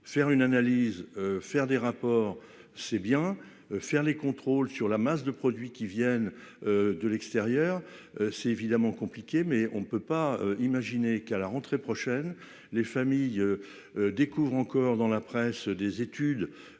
faire une analyse faire des rapports, c'est bien faire les contrôles sur la masse de produits qui viennent. De l'extérieur c'est évidemment compliqué, mais on ne peut pas imaginer qu'à la rentrée prochaine. Les familles. Découvrent encore dans la presse des études